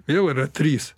vėl yra trys